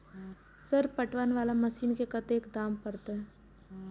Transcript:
Sir पटवन वाला machine के कतेक दाम परतें?